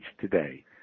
today